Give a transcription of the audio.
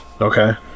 Okay